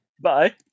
Bye